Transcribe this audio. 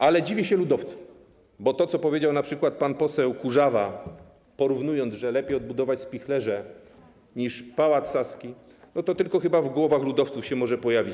Ale dziwię się ludowcom, bo to, co powiedział np. pan poseł Kurzawa, porównując to, że lepiej odbudować spichlerze niż Pałac Saski, to tylko chyba w głowach ludowców może się pojawić.